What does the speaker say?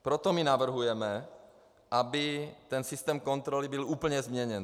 Proto my navrhujeme, aby systém kontroly byl úplně změněn.